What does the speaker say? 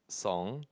song